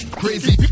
crazy